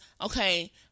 okay